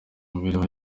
mibereho